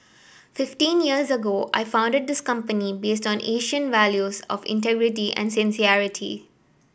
fifteen years ago I founded this company based on Asian values of integrity and sincerity